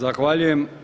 Zahvaljujem.